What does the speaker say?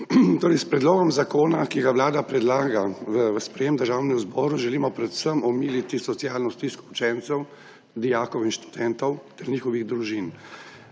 S predlogom zakona, ki ga Vlada predlaga v sprejetje Državnemu zboru, želimo predvsem omiliti socialno stisko učencev, dijakov in študentov ter njihovih družin.